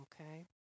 okay